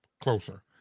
closer